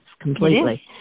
completely